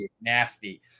nasty